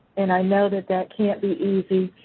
and i know that that can't be easy.